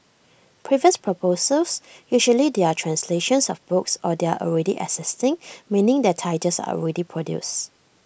previous proposals usually they are translations of books or they are already existing meaning their titles are already produced